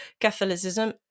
Catholicism